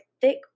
thick